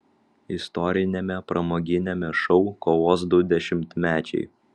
istoriniame pramoginiame šou kovos du dešimtmečiai